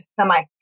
semi